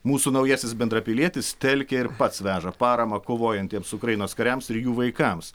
mūsų naujasis bendrapilietis telkia ir pats veža paramą kovojantiems ukrainos kariams ir jų vaikams